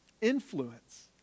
Influence